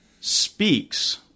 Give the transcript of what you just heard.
speaks